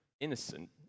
innocent